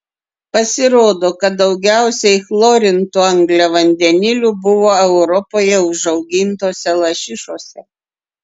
pasirodo kad daugiausiai chlorintų angliavandenilių buvo europoje užaugintose lašišose